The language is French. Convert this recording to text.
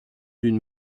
d’une